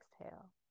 exhale